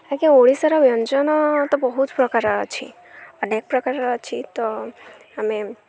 ଆଜ୍ଞା ଓଡ଼ିଶାର ବ୍ୟଞ୍ଜନ ତ ବହୁତ ପ୍ରକାର ଅଛି ଅନେକ ପ୍ରକାରର ଅଛି ତ ଆମେ